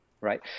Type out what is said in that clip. right